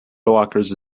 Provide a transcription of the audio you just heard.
blockers